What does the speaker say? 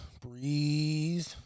Breathe